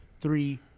three